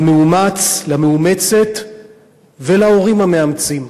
למאומץ, למאומצת ולהורים המאמצים.